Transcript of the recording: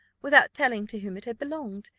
without telling to whom it had belonged,